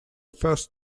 first